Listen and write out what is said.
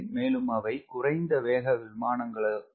மேலும் அவை குறைந்த வேக விமானங்களாகும்